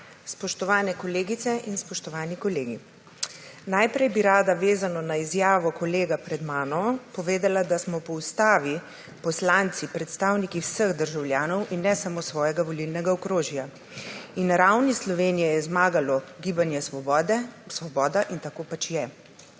Spoštovane kolegice in spoštovani kolegi! Najprej bi rada vezano na izjavo kolega pred mano povedala, da smo po ustavi poslanci predstavniki vseh državljanov in ne samo svojega volilnega okrožja. Na ravni Slovenije je zmagalo Gibanje Svoboda in tako pač je.